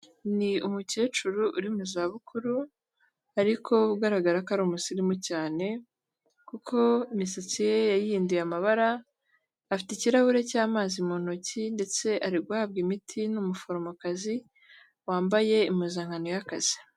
Ni umukecuru uri mu zabukuru ariko ugaragara ko ari umusirimu cyane kuko imisatsi ye yayihinduye amabara, afite ikirahure cy'amazi mu ntoki ndetse ari guhabwa imiti n'umuforomokazi wambaye impuzankano y'akazi.